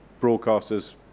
broadcasters